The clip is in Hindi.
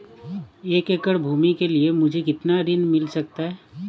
एक एकड़ भूमि के लिए मुझे कितना ऋण मिल सकता है?